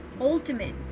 ultimate